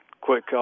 quick